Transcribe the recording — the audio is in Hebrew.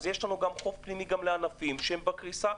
אז יש לנו גם חוק פנימי לענפים שהם בקריסה,